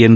N